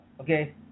Okay